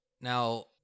Now